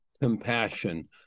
Compassion